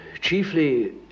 chiefly